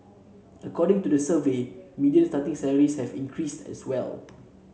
according to the survey median starting salaries have increased as well